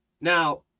now